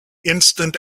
instant